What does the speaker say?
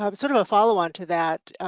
um sort of a follow-on to that,